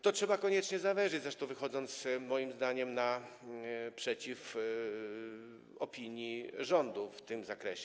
To trzeba koniecznie zawęzić, zresztą wychodząc, moim zdaniem, naprzeciw opinii rządu w tym zakresie.